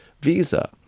visa